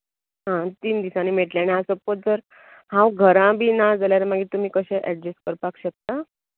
आं तीन दिसांनी मेळटलें आनी आं सपोज जर हांव घरा बी ना जाल्यार मागीर तुमी कशें ऍडजस्ट करपाक शकता